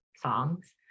songs